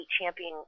champion